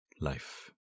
Life